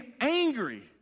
angry